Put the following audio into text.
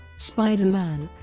spider-man